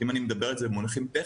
אם אני מדבר על זה במונחים טכניים,